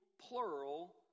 plural